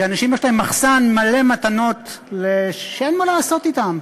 שאנשים, יש להם מחסן מלא מתנות שאין מה לעשות אתן.